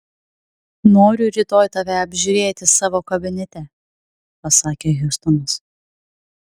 noriu rytoj tave apžiūrėti savo kabinete pasakė hjustonas